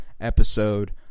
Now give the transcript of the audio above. episode